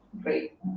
Great